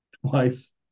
twice